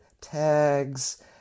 tags